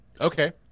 Okay